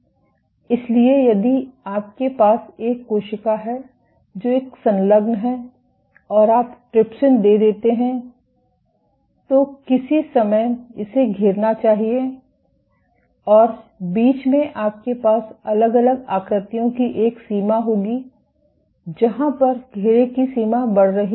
इसलिए यदि आपके पास एक कोशिका है जो एक संलग्न है और आप ट्रिप्सिन दे देते हैं तो किसी समय इसे घेरना चाहिए और बीच में आपके पास अलग अलग आकृतियों की एक सीमा होगी जहां पर घेरे की सीमा बढ़ रही है